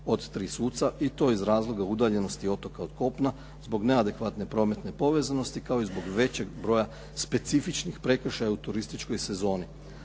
od tri suca i to iz razloga udaljenosti otoka od kopna zbog neadekvatne prometne povezanosti kao i zbog većeg broja specifičnih prekršaja u turističkoj sezoni.